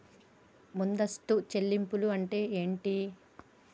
ముందస్తు చెల్లింపులు అంటే ఏమిటి?